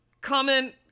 comment